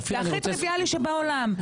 זה הכי טריוויאלי בעולם.